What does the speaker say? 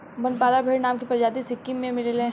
बनपाला भेड़ नाम के प्रजाति सिक्किम में मिलेले